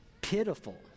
pitiful